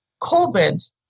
COVID